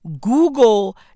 Google